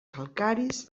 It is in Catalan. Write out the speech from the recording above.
calcaris